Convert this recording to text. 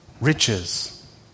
riches